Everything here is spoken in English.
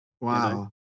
wow